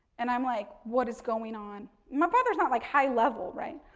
and, i'm like what is going on? my father's not like high level, right.